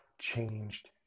changed